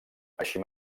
així